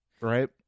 right